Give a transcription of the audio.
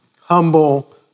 humble